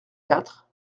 quatre